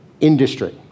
industry